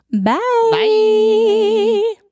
Bye